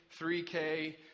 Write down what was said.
3K